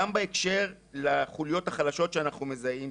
גם בהקשר לחוליות החלשות שאנחנו מזהים,